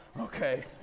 Okay